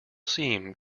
seem